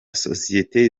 sosiyete